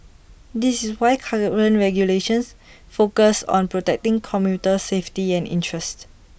this is why current regulations focus on protecting commuter safety and interests